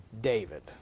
David